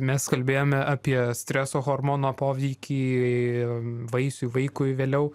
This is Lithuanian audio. mes kalbėjome apie streso hormono poveikį vaisiui vaikui vėliau